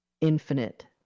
infinite